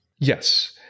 Yes